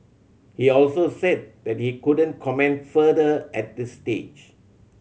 he also said that he couldn't comment further at this stage